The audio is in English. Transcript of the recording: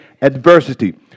adversity